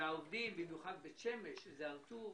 כאשר חלק מהעובדים, במיוחד בבית שמש שזה הר-טוב,